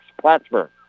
Plattsburgh